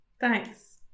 Thanks